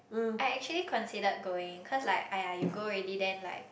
I actually considered going cause like !aiya! you go already then like